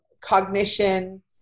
cognition